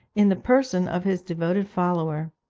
in the person of his devoted follower.